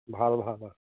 ভাল ভাল